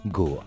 go